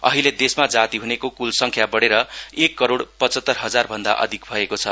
अहिले देशमा जाति हुनेको कुल संख्या बढेर एक करोड पचतर हजार भन्दा अधिक भएको छ